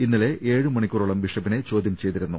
ഇന്നലെ ഏഴുമണിക്കൂറോളം ബിഷപ്പിനെ ചോദ്യം ചെയ്തിരുന്നു